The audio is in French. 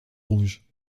rouge